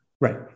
right